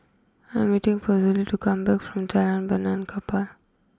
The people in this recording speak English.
I'm waiting for Zollie to come back from Jalan Benaan Kapal